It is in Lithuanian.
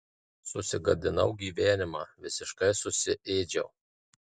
susigadinau gyvenimą visiškai susiėdžiau